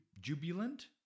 jubilant